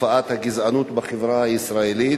תופעת הגזענות בחברה הישראלית.